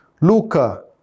Luca